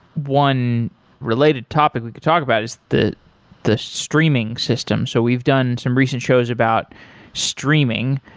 one related topic we could talk about is the the streaming system. so we've done some recent shows about streaming,